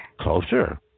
Closer